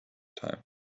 time